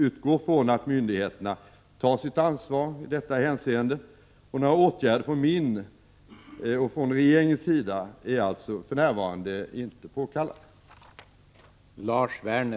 Jag utgår från att myndigheterna tar sitt ansvar i detta hänseende, och några åtgärder från min och från regeringens sida är alltså för närvarande inte påkallade.